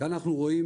כאן אנחנו רואים